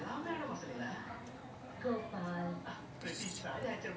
మహమ్మారి వ్యవసాయ ఉత్పత్తుల సరఫరా డిమాండ్ మరియు ధరలపై ఎలా ప్రభావం చూపింది?